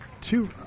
two